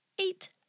eight